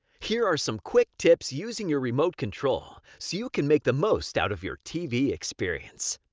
here are some quick tips using your remote control so you can make the most out of your tv experience.